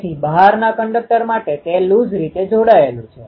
તેથી કે આ પ્રવાહ α ખૂણે સ્થાનાંતરિત થાય છે જે એકમાત્ર યુક્તિ છે